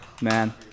Man